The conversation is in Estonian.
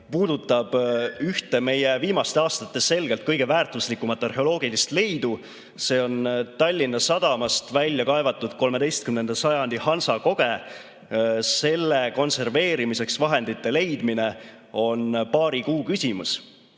puudutab ühte meie viimaste aastate selgelt kõige väärtuslikumat arheoloogilist leidu. See on Tallinna sadamast väljakaevatud 13. sajandi hansakoge. Selle konserveerimiseks vahendite leidmine on paari kuu küsimus,